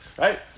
right